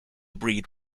breed